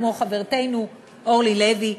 כמו חברתנו אורלי לוי,